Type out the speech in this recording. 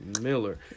Miller